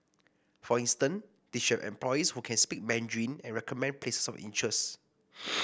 for instance they should have employees who can speak Mandarin and recommend places of interest